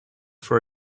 for